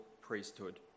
priesthood